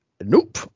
Nope